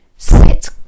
sit